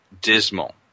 dismal